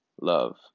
love